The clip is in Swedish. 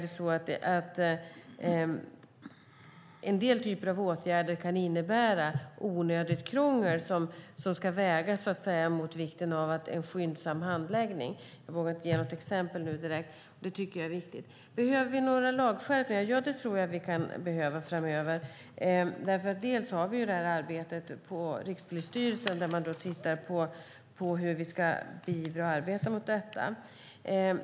Däremot kan en del typer av åtgärder innebära onödigt krångel som ska vägas mot vikten av en skyndsam handläggning. Jag vågar inte ge något direkt exempel, men jag tycker att detta är viktigt. Behöver vi då några lagskärpningar? Ja, det tror jag att vi kan behöva framöver. Vi har arbetet på Rikspolisstyrelsen, där man tittar på hur vi ska bidra till att arbeta mot detta.